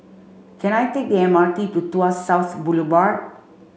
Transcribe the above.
can I take the M R T to Tuas South Boulevard